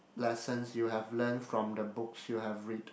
lessons you have learnt from the books you have read